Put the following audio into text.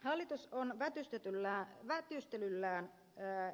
hallitus on vätystelyllään